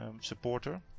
supporter